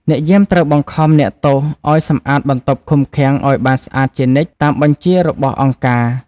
អ្នកយាមត្រូវបង្ខំអ្នកទោសឱ្យសម្អាតបន្ទប់ឃុំឃាំងឱ្យបានស្អាតជានិច្ចតាមបញ្ជារបស់អង្គការ។